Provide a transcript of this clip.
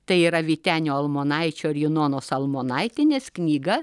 tai yra vytenio almonaičio ir junonos almonaitienės knyga